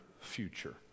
future